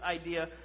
idea